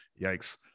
yikes